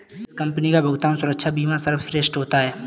किस कंपनी का भुगतान सुरक्षा बीमा सर्वश्रेष्ठ होता है?